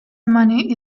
money